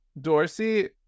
Dorsey